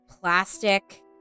plastic